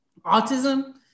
autism